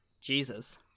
Jesus